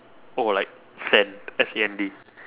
oh like sand S A N D